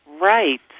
right